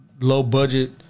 low-budget